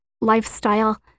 lifestyle